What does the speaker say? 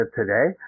today